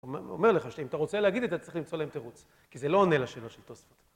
הוא אומר לך שאם אתה רוצה להגיד את זה, אתה צריך למצוא להם תירוץ, כי זה לא עונה לשאלות של...